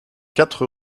quatre